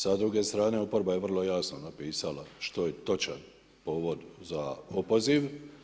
Sa druge strane oporba je vrlo jasno napisala što je točan povod za opoziv.